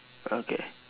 okay